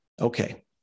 Okay